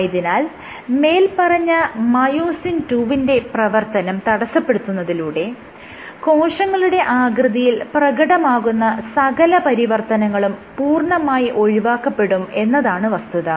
ആയതിനാൽ മേല്പറഞ്ഞ myosin II വിന്റെ പ്രവർത്തനം തടസ്സപ്പെടുന്നതിലൂടെ കോശങ്ങളുടെ ആകൃതിയിൽ പ്രകടമാകുന്ന സകല പരിവർത്തനങ്ങളും പൂർണ്ണമായി ഒഴിവാക്കപ്പെടും എന്നതാണ് വസ്തുത